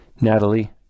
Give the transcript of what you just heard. Natalie